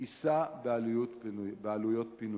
יישא בעלויות פינויה.